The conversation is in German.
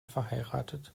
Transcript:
verheiratet